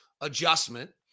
adjustment